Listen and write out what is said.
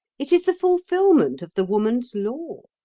it is the fulfilment of the woman's law.